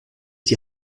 die